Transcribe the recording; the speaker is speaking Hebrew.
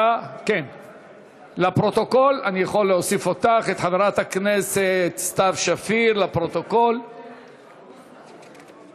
אנחנו עוברים להצבעה על הצעת חוק שירות המילואים (תיקון,